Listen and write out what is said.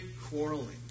quarreling